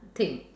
thing